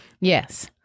Yes